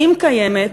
אם קיימת,